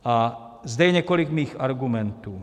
A zde je několik mých argumentů.